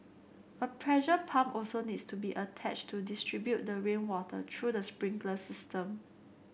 her pressure pump also needs to be attached to distribute the rainwater through the sprinkler system